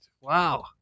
Wow